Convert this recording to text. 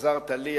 עזרת לי,